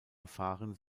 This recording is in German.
erfahren